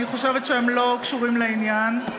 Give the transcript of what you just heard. אני חושבת שהם לא קשורים לעניין.